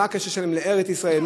מה הקשר שלהם למדינת ישראל?